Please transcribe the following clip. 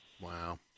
Wow